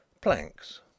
Planks